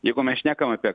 jeigu mes šnekam apie